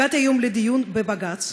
הגעתי היום לדיון בבג"ץ